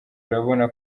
urabona